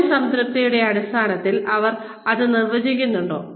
ജോലി സംതൃപ്തിയുടെ അടിസ്ഥാനത്തിൽ അവർ അത് നിർവചിക്കുന്നുണ്ടോ